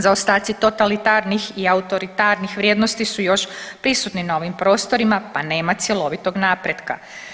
Zaostaci totalitarnih i autoritarnih vrijednosti su još prisutni na ovim prostorima pa nema cjelovitog napretka.